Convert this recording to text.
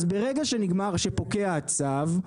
אז ברגע שפוקע הצו,